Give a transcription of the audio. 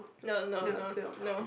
no no no no